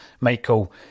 Michael